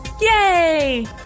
Yay